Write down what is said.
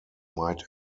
might